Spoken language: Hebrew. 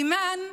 אימאן,